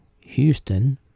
Houston